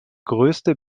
größte